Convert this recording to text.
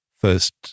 first